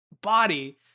body